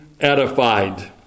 edified